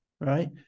right